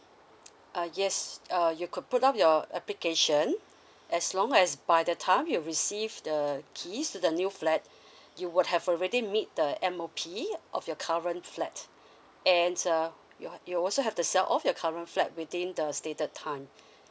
uh yes uh you could put up your application as long as by the time you receive the keys to the new flat you will have already meet the M O P of your current flat and uh your you also have to sell off your current flat within the stated time